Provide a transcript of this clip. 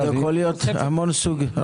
זה יכול להיות המון סוגים.